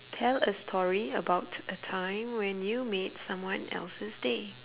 tell a story about a time when you made someone else's day